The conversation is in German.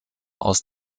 aus